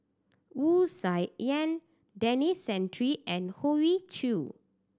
Wu Tsai Yen Denis Santry and Hoey Choo